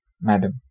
Madam